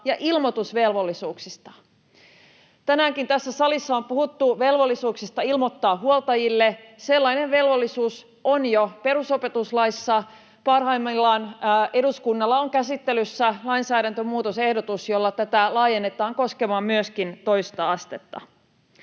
ja ilmoitusvelvollisuuksista. Tänäänkin tässä salissa on puhuttu velvollisuudesta ilmoittaa huoltajille. Sellainen velvollisuus on jo perusopetuslaissa. Parhaillaan eduskunnalla on käsittelyssä lainsäädäntömuutosehdotus, jolla tätä laajennetaan koskemaan myöskin toista astetta.